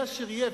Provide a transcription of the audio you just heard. יהיה אשר יהיה,